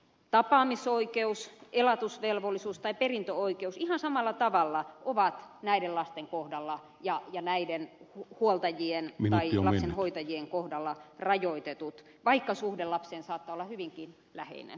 tapaamisoikeus elatusvelvollisuus tai perintöoikeus ihan samalla tavalla ovat näiden lasten kohdalla ja näiden huoltajien tai lapsen hoitajien kohdalla rajoitetut vaikka suhde lapseen saattaa olla hyvinkin läheinen